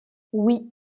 oui